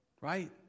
right